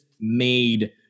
made